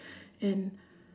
and